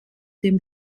dem